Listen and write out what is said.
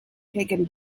taken